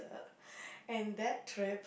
and that trip